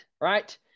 Right